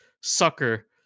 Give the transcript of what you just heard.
sucker